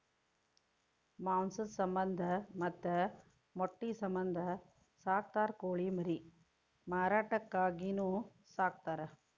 ಮಾಂಸದ ಸಮಂದ ಮತ್ತ ಮೊಟ್ಟಿ ಸಮಂದ ಸಾಕತಾರ ಕೋಳಿ ಮರಿ ಮಾರಾಟಕ್ಕಾಗಿನು ಸಾಕತಾರ